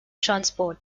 transport